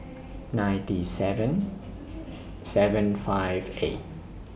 ninety seven seven five eight